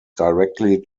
directly